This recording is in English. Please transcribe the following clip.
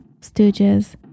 Stooges